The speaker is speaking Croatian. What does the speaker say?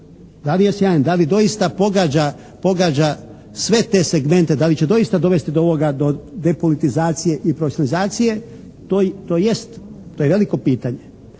Da li je sjajan, da li doista pogađa sve te segmente, da li će doista dovesti do ovoga, do depolitizacije i profesionalizacije, to jest, to je veliko pitanje,